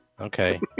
Okay